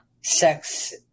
sex